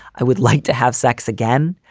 i would like to have sex again.